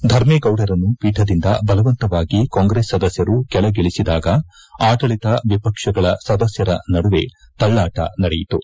ಧರ್ಮೇಗೌಡರನ್ನು ಪೀಠದಿಂದ ಬಲವಂತವಾಗಿ ಕಾಂಗ್ರೆಸ್ ಸದಸ್ಕರು ಕೆಳಗಿಳಿಸಿದಾಗ ಆಡಳಿತ ವಿಪಕ್ಷಗಳ ಸದಸ್ಕರ ನಡುವೆ ತಳ್ಳಾಟ ನಡೆಯಿತು